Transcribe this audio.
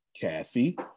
Kathy